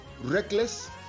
Reckless